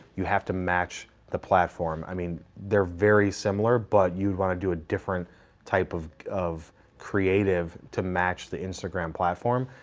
you have to match the platform. i mean, they're very similar, but you wanna do a different type of of creative, to match the instagram platform,